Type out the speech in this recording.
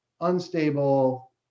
unstable